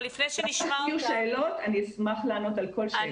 אחר כך אם יהיו שאלות, אני אשמח לענות על כל שאלה.